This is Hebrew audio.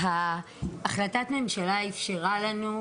החלטת הממשלה אפשרה לנו,